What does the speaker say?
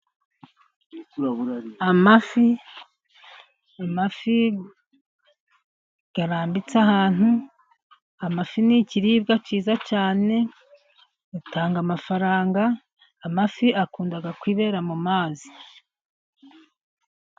Amafi, amafi arambitse ahantu, amafi n'ikiribwa cyiza cyane, atanga amafaranga, amafi akunda kwibera mu mazi.